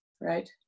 right